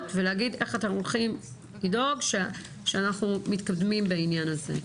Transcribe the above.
ולהגיד איך אתם הולכים לדאוג שנתקדם בעניין הזה.